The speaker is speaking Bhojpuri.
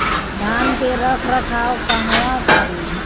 धान के रख रखाव कहवा करी?